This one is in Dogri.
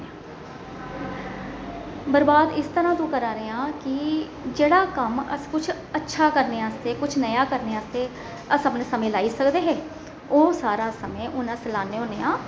बरबाद इस तरह तू करां दे आं कि जेह्ड़ा कम्म अस कुछ अच्छा करने आस्तै कुछ नया करने आस्तै अस अपना समां लाई सकदे ऐ ओह् सारा समय हून लाने होन्ने आं